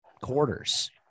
quarters